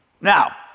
Now